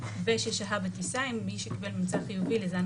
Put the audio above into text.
וששהה בטיסה עם מי שקיבל ממצא חיובי לזן